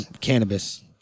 cannabis